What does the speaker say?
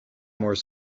more